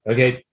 Okay